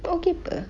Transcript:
okay apa